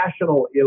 national